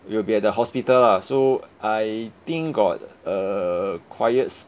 we will be at the hospital lah so I think got a quiet